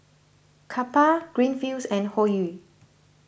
Kappa Greenfields and Hoyu